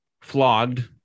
flogged